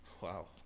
wow